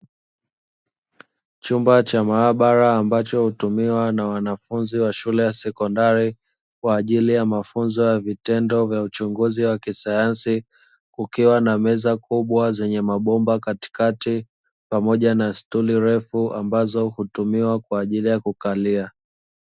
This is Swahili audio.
Chumba cha maabara ambacho hutumiwa na wanafunzi wa shule ya sekondari kwa ajili ya mafunzo ya vitendo vya uchunguzi wa kisayansi, kukiwa na meza kubwa zenye mabomba katikati pamoja na stuli refu ambazo hutumika kwa ajili yakukalia.